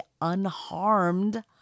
unharmed